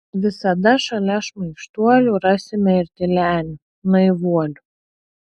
visada šalia šmaikštuolių rasime ir tylenių naivuolių